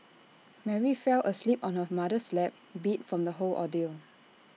Mary fell asleep on her mother's lap beat from the whole ordeal